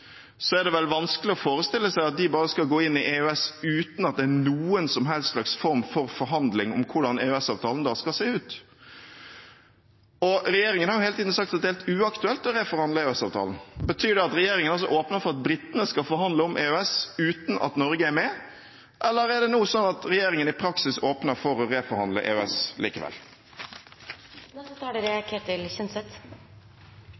Så har jeg avslutningsvis lyst til å spørre utenriksministeren om noe, for jeg er også forundret over denne EØS-invitasjonen fra statsministeren, og jeg lurer på hvordan dette skal foregå. For hvis Storbritannia skal forhandle om å bli med i EØS, er det vel vanskelig å forestille seg at de bare skal gå inn i EØS uten at det er noen som helst slags form for forhandling om hvordan EØS-avtalen da skal se ut? Regjeringen har hele tiden sagt at det er helt uaktuelt å reforhandle EØS-avtalen. Betyr det at regjeringen åpner for